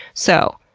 so,